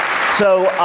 so